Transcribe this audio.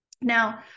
Now